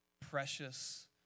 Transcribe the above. precious